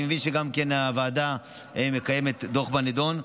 אני מבין שהוועדה מכינה דוח בנדון,